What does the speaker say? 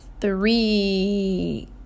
three